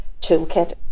toolkit